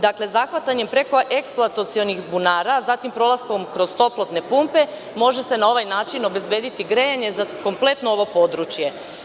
Dakle, zahvatanjem preko eksploatacionih bunara, zatim prolaskom kroz toplotne pumpe se može na ovaj način obezbediti grejanje za kompletno ovo područje.